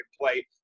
play